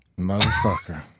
Motherfucker